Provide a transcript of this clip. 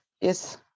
Yes